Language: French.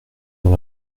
dans